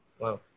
Wow